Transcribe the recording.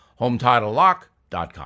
HometitleLock.com